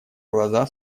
глаза